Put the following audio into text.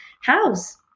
house